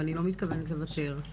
ואני לא מתכוונת לוותר.